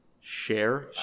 Share